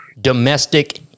domestic